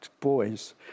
boys